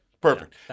Perfect